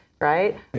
right